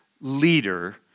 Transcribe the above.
leader